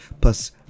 plus